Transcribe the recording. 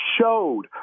showed